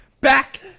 Back